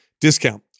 discount